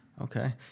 Okay